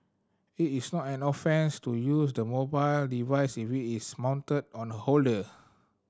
it is not an offence to use the mobile device if it is mounted on a holder